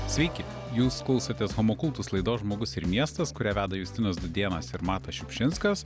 sveiki jūs klausotės homo kultus laidos žmogus ir miestas kurią veda justinas dudėnas ir matas šiupšinskas